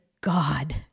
God